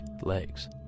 legs